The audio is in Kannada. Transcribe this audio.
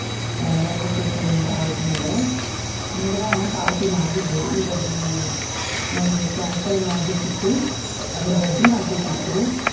ರೈಲ್ವೆ ಸ್ಟೇಷನ್ನಿಂದ ಹೊರಟ ಮೇಲೆ ಮುಂಗಡ ಹಣ ಪಾವತಿ ಮಾಡಿದ್ದೆ ಈಗದು ನನಗೆ ಕ್ಯಾನ್ಸಲ್ ಮಾಡಬೇಕಿತ್ತು ಅದನ್ನ ರದ್ದು ಮಾಡಬೇಕಿತ್ತು